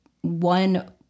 one